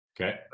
Okay